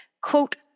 quote